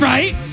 Right